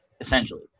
essentially